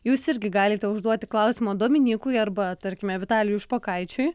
jūs irgi galite užduoti klausimą dominykui arba tarkime vitalijui špokaičiui